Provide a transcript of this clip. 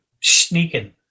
Sneaking